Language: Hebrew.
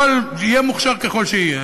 ויהיה מוכשר ככל שיהיה,